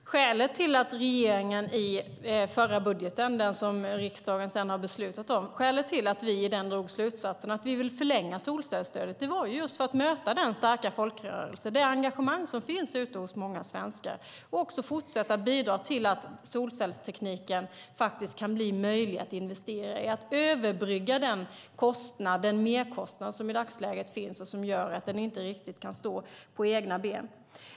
Fru talman! Skälet till att regeringen i förra budgeten, den som riksdagen sedan har beslutat om, drog slutsatsen att vi ville förlänga solcellsstödet var just för att möta den starka folkrörelse och det engagemang som finns ute hos många svenskar. Det handlar också om att fortsätta att bidra till att solcellstekniken kan bli möjlig att investera i och överbrygga den merkostnad som i dagsläget finns som gör att den inte riktigt kan stå på egna ben.